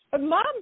mom